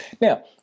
Now